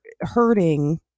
hurting